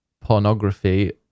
pornography